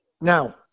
Now